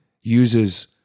uses